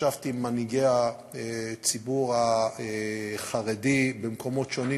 ישבתי עם מנהיגי הציבור החרדי במקומות שונים,